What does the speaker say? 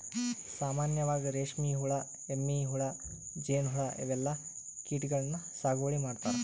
ಸಾಮಾನ್ಯವಾಗ್ ರೇಶ್ಮಿ ಹುಳಾ, ಎಮ್ಮಿ ಹುಳಾ, ಜೇನ್ಹುಳಾ ಇವೆಲ್ಲಾ ಕೀಟಗಳನ್ನ್ ಸಾಗುವಳಿ ಮಾಡ್ತಾರಾ